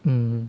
mm